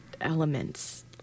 elements